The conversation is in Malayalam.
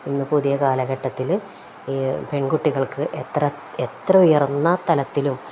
ഇന്നു പുതിയ കാലഘട്ടത്തില് ഈ പെൺകുട്ടികൾക്ക് എത്ര എത്ര ഉയർന്ന തലത്തിലും